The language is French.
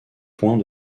points